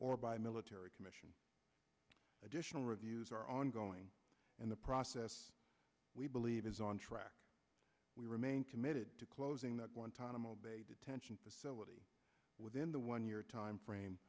or by military commission additional reviews are ongoing and the process we believe is on track we remain committed to closing the guantanamo bay detention facility within the one year timeframe